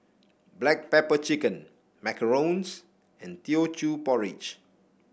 Black Pepper Chicken Macarons and Teochew Porridge